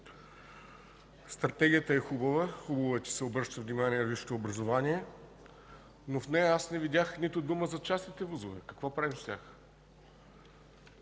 Стратегията е хубава. Хубаво е, че се обръща внимание на висшето образование, но в нея аз не видях нито дума за частните ВУЗ-ове. Какво правим с тях?